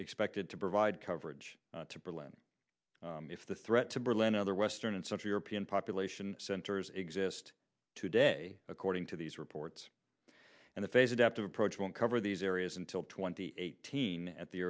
expected to provide coverage to berlin if the threat to berlin or other western and southern european population centers exist today according to these reports and the phase adaptive approach won't cover these areas until twenty eighteen at the